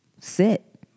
sit